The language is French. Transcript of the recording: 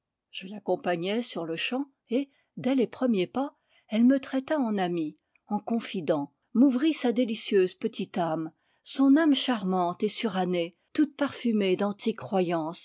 nous je l'accompagnai sur-le-champ et dès les premiers pas elle me traita en ami en confident m'ouvrit sa délicieuse petite âme son âme charmante et surannée toute parfumée d'antiques croyances